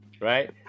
Right